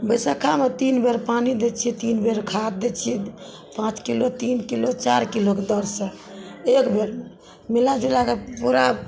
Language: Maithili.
बैसक्खामे तीन बेर पानि दै छियै तीन बेर खाद दै छियै पाँच किलो तीन किलो चारि किलोके दर से एक बेरमे किलो मिला जुलाके पूरा